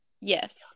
Yes